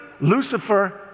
lucifer